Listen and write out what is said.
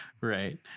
Right